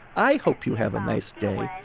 i hope you have a nice day.